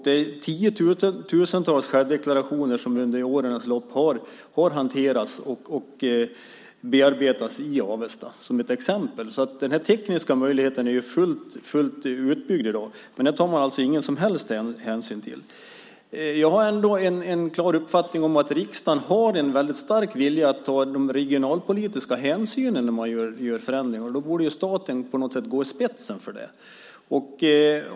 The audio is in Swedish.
Det är tiotusentals självdeklarationer som under årens lopp har hanterats och bearbetats i Avesta. Den tekniska möjligheten är alltså fullt utbyggd i dag, men det tar man ingen som helst hänsyn till. Jag har en klar uppfattning om att riksdagen har en stark vilja att ta de regionalpolitiska hänsynen när man gör förändringar. Då borde staten på något sätt gå i spetsen för det.